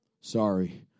Sorry